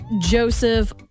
Joseph